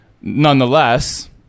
Nonetheless